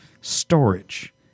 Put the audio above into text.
storage